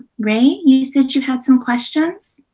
ray, you said you had some questions?